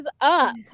up